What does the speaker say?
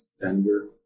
vendor